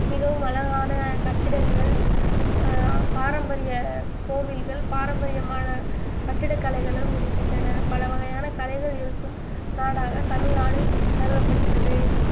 மிகவும் அழகான கட்டிடங்கள் பாரம்பரிய கோவில்கள் பாரம்பரியமான கட்டிட கலைகளும் இருக்கின்றன பல வகையான கலைகள் இருக்கும் நாடாக தமிழ்நாடு கருதப்படுகிறது